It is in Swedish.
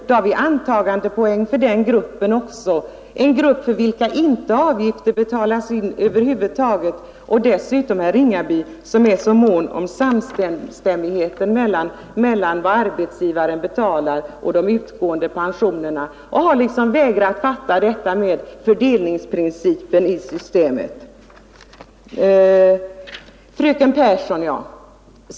Då har vi ju antagandepoäng för den gruppen också, en grupp för vilken avgifter inte betalats in över huvud taget. Herr Ringaby, som är så mån om samstämmighet mellan vad arbetsgivaren betalar och de utgående pensionerna, har liksom vägrat att fatta detta med fördelningsprincipen i systemet.